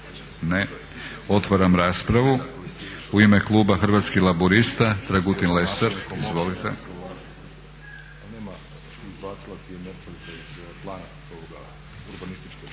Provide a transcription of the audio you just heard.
Ne. Otvaram raspravu. U ime kluba Hrvatskih laburista, Dragutin Lesar. Izvolite.